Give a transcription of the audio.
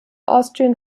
austrian